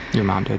your mom did.